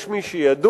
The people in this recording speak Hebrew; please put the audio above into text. יש מי שידון,